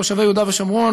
תושבי יהודה ושומרון,